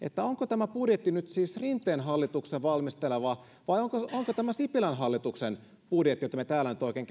onko tämä budjetti nyt siis rinteen hallituksen valmistelema vai onko onko tämä sipilän hallituksen budjetti jota me täällä nyt oikein